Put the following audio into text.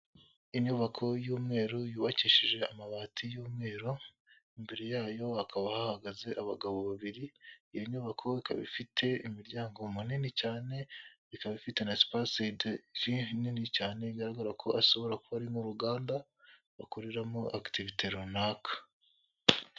Inyubako y'umweru yubakishije amabati y'umweru, imbere yayo hakaba hahagaze abagabo babiri, iyi nyubako ifite imiryango minini cyane ikaba ifite na space nini cyane igaragara ko ashobora kuba ari n'uruganda bakoreramo akitivite runaka.